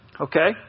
okay